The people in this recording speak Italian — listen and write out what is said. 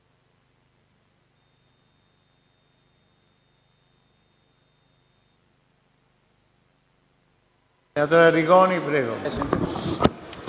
Grazie.